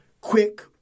quick